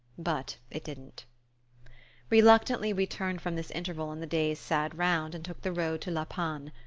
but it didn't reluctantly we turned from this interval in the day's sad round, and took the road to la panne.